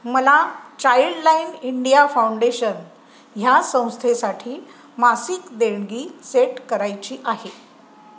मला childline India foundation ह्या संस्थेसाठी मासिक देणगी सेट करायची आहे